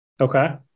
Okay